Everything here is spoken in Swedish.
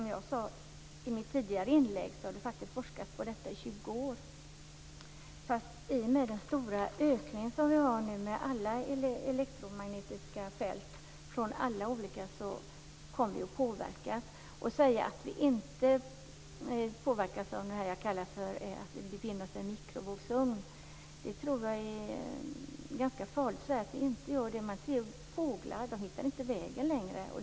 Som jag sade i mitt tidigare inlägg har det faktiskt forskats på detta i 20 år. I och med den stora ökningen som vi nu har med alla elektromagnetiska fält från alla olika håll kommer vi att påverkas. Att säga att vi inte påverkas av att vi befinner oss i en mikrovågsugn, som jag vill kalla det, är ganska farligt. Fåglar hittar inte längre vägen.